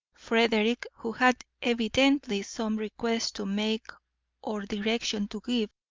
frederick, who had evidently some request to make or direction to give,